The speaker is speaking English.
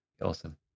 awesome